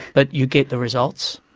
but you get the results.